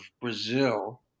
Brazil